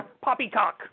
poppycock